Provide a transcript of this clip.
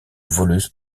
voleuse